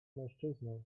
mężczyzną